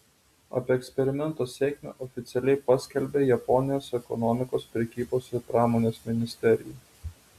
apie eksperimento sėkmę oficialiai paskelbė japonijos ekonomikos prekybos ir pramonės ministerija